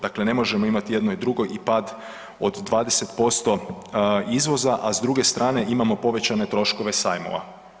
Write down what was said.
Dakle, ne možemo imati i jedno i drugo i pad od 20% izvoza, a s druge strane imamo povećane troškove sajmova.